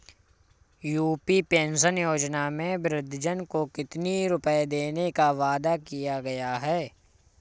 UP pension योजना में वृद्धजन को कितनी रूपये देने का वादा किया गया है?